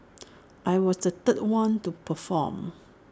I was the third one to perform